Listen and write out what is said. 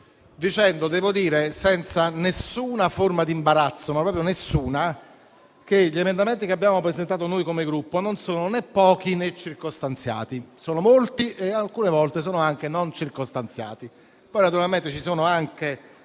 dicendo, senza alcuna forma di imbarazzo - ma proprio alcuna - che gli emendamenti che abbiamo presentato noi come Gruppo non sono né pochi né circostanziati; sono molti e alcune volte sono anche non circostanziati.